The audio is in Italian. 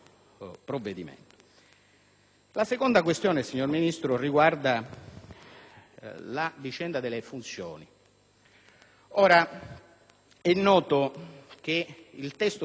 La seconda questione, signor Ministro, riguarda la vicenda delle funzioni. È noto che il testo sul federalismo fiscale